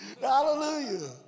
Hallelujah